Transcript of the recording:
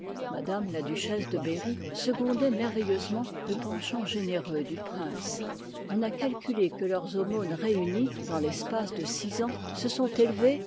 m tm la duchesse de berry secondoit merveilleusement le penchant généreux du prince on a calculé que leurs aumônes réunies dans l'espace de six ans se semt élevées